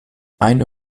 eine